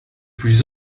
plus